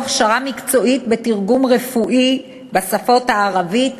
הכשרה מקצועית בתרגום רפואי בשפות ערבית,